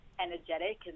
energetic